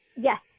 Yes